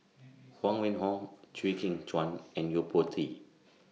Huang Wenhong Chew Kheng Chuan and Yo Po Tee